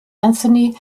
anthony